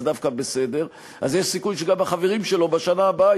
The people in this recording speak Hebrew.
סגן שר הביטחון